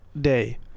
day